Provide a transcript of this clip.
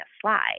slide